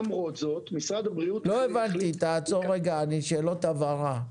למרות זאת, משרד הבריאות --- שאלות הבהרה.